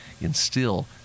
instill